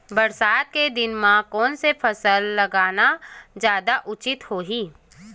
बरसात के दिन म कोन से फसल लगाना जादा उचित होही?